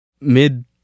mid